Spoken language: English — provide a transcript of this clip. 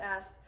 asked